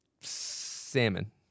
Salmon